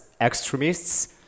extremists